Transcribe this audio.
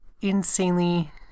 insanely